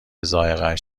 ذائقهاش